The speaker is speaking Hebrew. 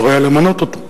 אסור היה למנות אותו,